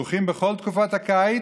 פתוחים בכל תקופת הקיץ,